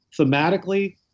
thematically